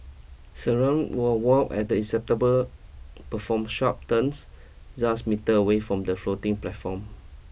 Siren will wail as the perform sharp turns metre away from the floating platform